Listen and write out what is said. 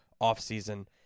Off-Season